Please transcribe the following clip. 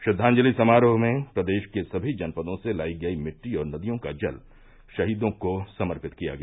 श्रद्वांजलि समारोह में प्रदेश के सभी जनपदों से लाई गई मिट्टी और नदियों का जल शहीदों को समर्पित किया गया